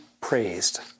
praised